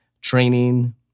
training